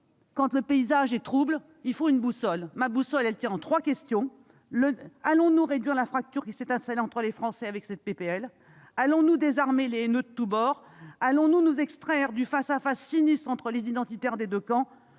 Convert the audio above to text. quand le paysage est trouble, il faut une boussole. La mienne tient en trois questions. Avec cette proposition de loi, allons-nous réduire la fracture qui s'est installée entre les Français ? Allons-nous désarmer les haineux de tous bords ? Allons-nous nous extraire du face-à-face sinistre entre les identitaires des deux camps ?